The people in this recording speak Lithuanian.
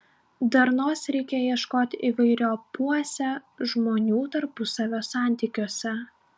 darnos reikia ieškoti įvairiopuose žmonių tarpusavio santykiuose